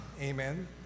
Amen